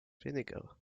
vinegar